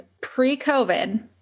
pre-COVID